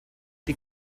die